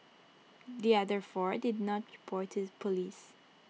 the other four did not report to Police